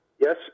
Yes